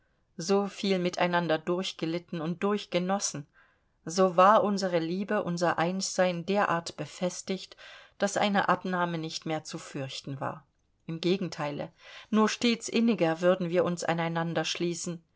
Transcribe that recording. so viel miteinander durchgelitten und durchgenossen so war unsere liebe unser einssein derart befestigt daß eine abnahme nicht mehr zu fürchten war im gegenteile nur stets inniger würden wir uns aneinander schließen